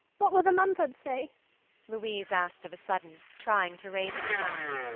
what will the mumfords say louise asked of a sudden, trying to raise herself.